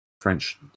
French